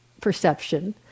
perception